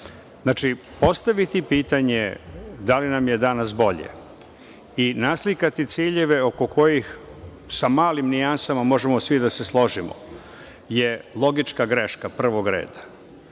Znači, postaviti pitanje da li nam je danas bolje i naslikati ciljeve oko kojih sa malim nijansama možemo svi da se složimo je logička greška prvog reda